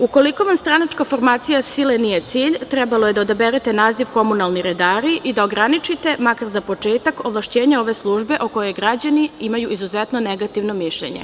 Ukoliko vam stranačka formacija sile nije cilj, trebalo je da odaberete naziv komunalni redari i da ograničite, makar za početak ovlašćenja ove službe o kojoj građani imaju izuzetno negativno mišljenje.